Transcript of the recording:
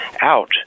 out